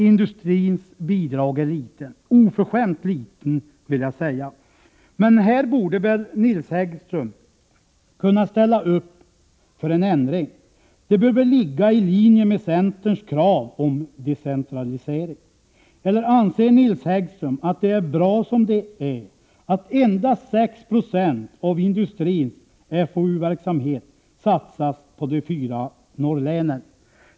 Industrins bidrag är oförskämt små, men här borde Nils Häggström kunna ställa upp för en ändring — det bör ligga i linje med centerns krav på decentralisering. Eller anser Nils Häggström att det är bra som det är, att endast 6 90 av industrins FoU-verksamhet satsas på de fyra nordligaste länen?